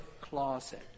closet